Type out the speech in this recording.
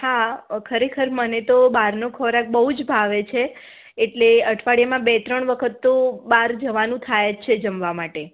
હા ખરેખર મને તો બહારનો ખોરાક બહુ જ ભાવે છે એટલે અઠવાડિયામાં બે ત્રણ વખત તો બહાર જવાનું થાય જ છે જમવા માટે